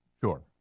Sure